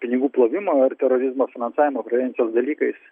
pinigų plovimo ir terorizmo finansavimo prevencijos dalykais